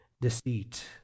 deceit